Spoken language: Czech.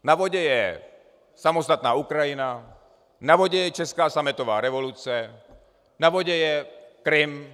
Na vodě je samostatná Ukrajina, na vodě je česká sametová revoluce, na vodě je Krym.